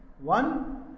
One